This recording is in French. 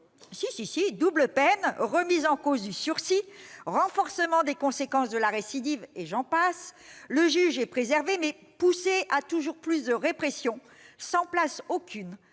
Mais si ! Double peine, remise en cause du sursis, renforcement des conséquences de la récidive, et j'en passe ... le juge est préservé, mais poussé à toujours plus de répression, sans place aucune